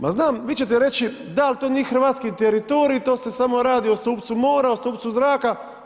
Ma znam, vi ćete reći da al to nije hrvatski teritorij, to se samo radi o stupcu mora, o stupcu zraka.